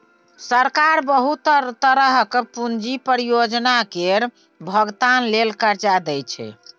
सरकार बहुत तरहक पूंजी परियोजना केर भोगतान लेल कर्जा दइ छै